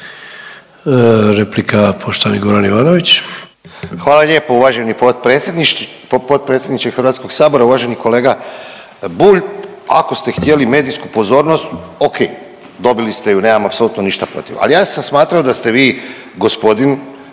**Ivanović, Goran (HDZ)** Hvala lijepo uvaženi potpredsjedniče HS. Uvaženi kolega Bulj, ako ste htjeli medijsku pozornost okej dobili ste ju, nemamo s tim ništa protiv, ali ja sam smatrao da ste vi gospodin,